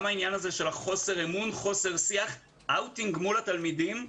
גם העניין של חוסר השיח וחוסר האמון מול התלמידים.